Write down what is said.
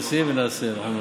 עושים ונעשה.